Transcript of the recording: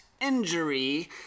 injury